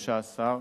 13,